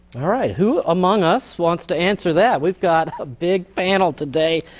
all right. who among us wants to answer that? we've got a big panel today.